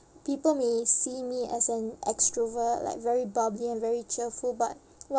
people may see me as an extrovert like very bubbly and very cheerful but